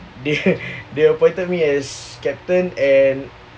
they they appointed me as captain and